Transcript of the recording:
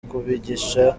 kubigisha